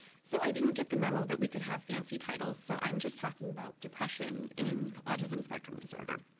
so i didn't get the memo that we could have fancy titles so i'm just talking about depression in autism spectrum disorder.